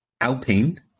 Alpine